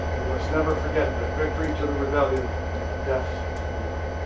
we must never forget that victory to the rebellion meant death to